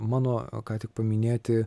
mano ką tik paminėti